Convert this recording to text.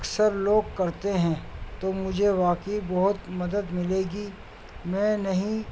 اکثر لوگ کرتے ہیں تو مجھے واقعی بہت مدد ملے گی میں نہیں